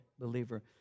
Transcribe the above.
believer